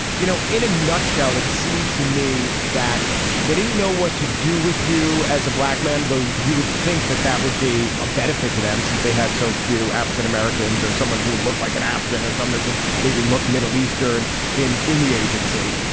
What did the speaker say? you know, in a nutshell, it seemed to me that they didn't know what to do with you as a black man, though you would think that that would be a benefit to them since they had so few african-americans or someone who looked like an african as someone who could maybe look middle eastern in in the agency.